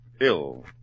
ill